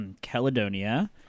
Caledonia